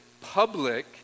public